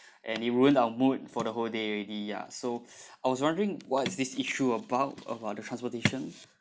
and it ruined our mood for the whole day already ya so I was wondering what's this issue about about the transportation